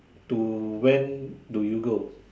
to when do you go